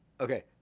Okay